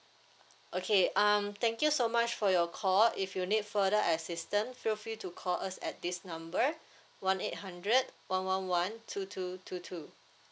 okay um thank you so much for your call if you need further assistance feel free to call us at this number one eight hundred one one one two two two two